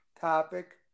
topic